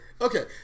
Okay